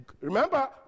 remember